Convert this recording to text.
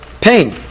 pain